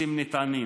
כרטיסים נטענים.